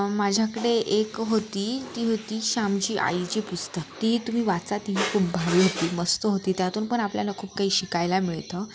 माझ्याकडे एक होती ती होती श्यामची आईची पुस्तक ती तुम्ही वाचा तीही खूप भारी होती मस्त होती त्यातून पण आपल्याला खूप काही शिकायला मिळतं